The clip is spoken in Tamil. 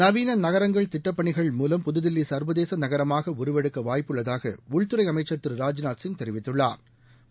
நவீன நகரங்கள் திட்டப் பணிகள் மூலம் புதுதில்லி சர்வேதேச நகரமாக உருவெடுக்க வாய்ப்புள்ளதாக உள்துறை அமைச்சா் திரு ராஜ்நாத் சிங் தெரிவித்துள்ளாா்